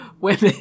women